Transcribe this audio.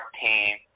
team